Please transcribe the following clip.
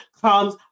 comes